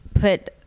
put